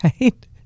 right